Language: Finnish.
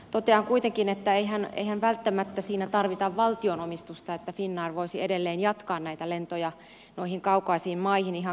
totean kuitenkin että eihän välttämättä siinä tarvita valtionomistusta että finnair voisi edelleen jatkaa näitä lentoja noihin kaukaisiin maihin ihan kilpailukykyisesti